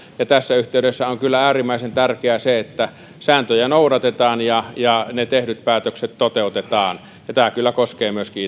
ja tässä yhteydessä on kyllä äärimmäisen tärkeää se että sääntöjä noudatetaan ja ja ne tehdyt päätökset toteutetaan ja tämä kyllä koskee myöskin